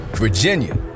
Virginia